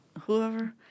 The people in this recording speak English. whoever